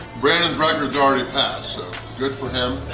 brandon's record's already passed so good for him,